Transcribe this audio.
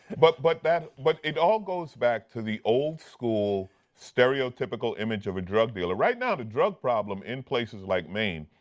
but but but it all goes back to the old school stereotypical image of a drug dealer. right now the drug problem in place in like maine,